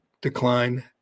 decline